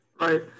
Right